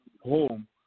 home